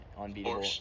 unbeatable